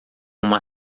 uma